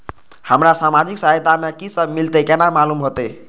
हमरा सामाजिक सहायता में की सब मिलते केना मालूम होते?